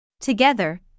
Together